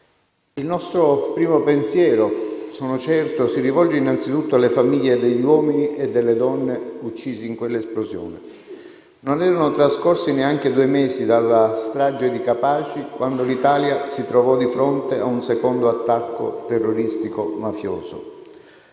Il nostro primo pensiero - sono certo - si rivolge innanzitutto alle famiglie degli uomini e delle donne uccisi in quell'esplosione. Non erano trascorsi neanche due mesi dalla strage di Capaci quando l'Italia si trovò di fronte un secondo attacco terroristico mafioso.